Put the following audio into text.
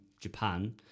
Japan